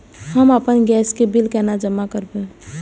हम आपन गैस के बिल केना जमा करबे?